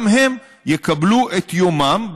גם הם יקבלו את יומם,